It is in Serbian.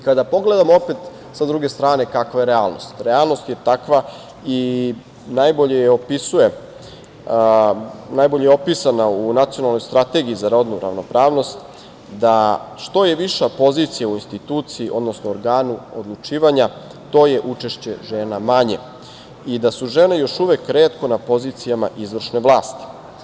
Kada pogledamo opet sa druge strane kakva je realnost, realnost je takva i najbolje je opisana u Nacionalnoj strategiji za rodnu ravnopravnost, da što je viša pozicija u instituciji, odnosno organu odlučivanja, to je učešće žena manje i da su žene još uvek retko na pozicijama izvršne vlasti.